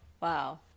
Wow